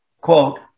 quote